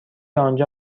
آنجا